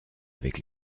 avec